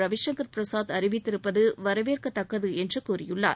ரவிசங்கர் பிரசாத் அறிவித்திருப்பது வரவேற்கத்தக்கது என்று கூறியுள்ளார்